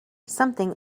something